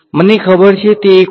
1 મને ખબર છે તે 1 વોલ્ટ છે